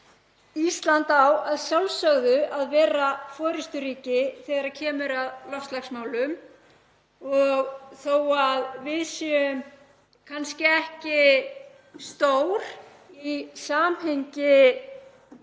Ísland á að sjálfsögðu að vera forysturíki þegar kemur að loftslagsmálum og þó að við séum kannski ekki stór í samhengi